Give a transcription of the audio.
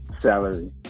salary